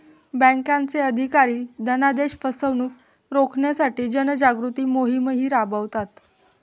बँकांचे अधिकारी धनादेश फसवणुक रोखण्यासाठी जनजागृती मोहिमाही राबवतात